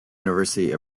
university